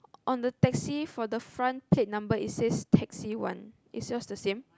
on the taxi for the front plate number it says taxi one is yours the same